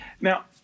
Now